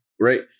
Right